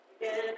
again